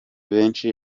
benshi